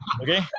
Okay